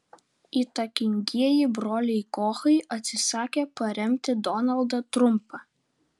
įtakingieji broliai kochai atsisakė paremti donaldą trumpą